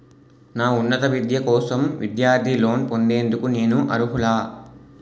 నా ఉన్నత విద్య కోసం విద్యార్థి లోన్ పొందేందుకు నేను అర్హులా?